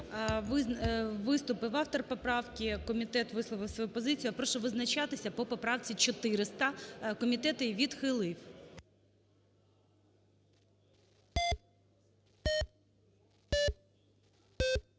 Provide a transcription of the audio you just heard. Виступив автор поправки, комітет висловив свою позицію. Я прошу визначатися по поправці 400, комітет її відхилив.